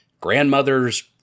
grandmother's